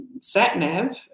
sat-nav